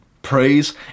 Praise